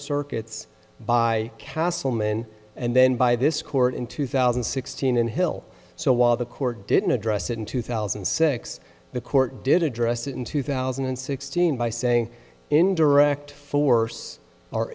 circuits by castleman and then by this court in two thousand and sixteen in hill so while the court didn't address it in two thousand and six the court did address it in two thousand and sixteen by saying indirect force or